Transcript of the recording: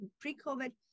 pre-COVID